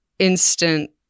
instant